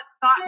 thought